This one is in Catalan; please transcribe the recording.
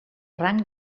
rang